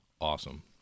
awesome